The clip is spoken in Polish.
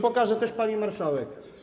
Pokażę też pani marszałek.